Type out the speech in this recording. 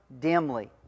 dimly